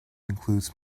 includes